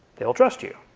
they'll trust you.